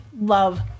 love